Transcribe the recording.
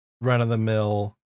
run-of-the-mill